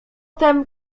tem